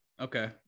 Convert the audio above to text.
Okay